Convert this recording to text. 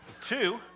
two